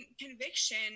conviction